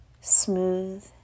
Smooth